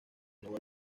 vuelve